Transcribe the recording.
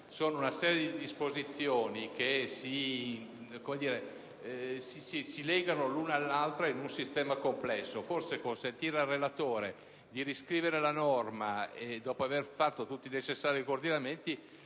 Si tratta di disposizioni che si legano l'una all'altra in un sistema complesso; pertanto consentire al relatore di riscrivere la norma dopo aver fatto tutti i coordinamenti